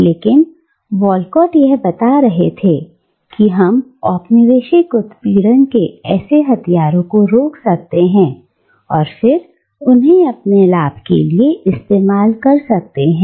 लेकिन वॉलकॉट यह बता रहे थे कि हम औपनिवेशिक उत्पीड़न के ऐसे हथियारों को रोक सकते हैं और फिर उन्हें अपने लाभ के लिए इस्तेमाल कर सकते हैं